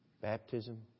Baptism